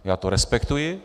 Já to respektuji.